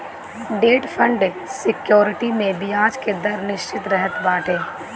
debt fund security में बियाज के दर निश्चित रहत बाटे